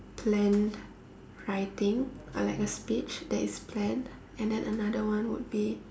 planned writing uh like a speech that is planned and then another one would be